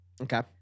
okay